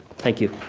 thank you.